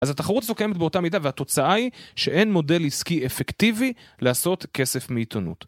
אז התחרות סוכמת באותה מידה והתוצאה היא שאין מודל עסקי אפקטיבי לעשות כסף מעיתונות.